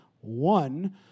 one